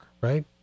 right